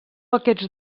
aquests